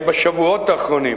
בשבועות האחרונים,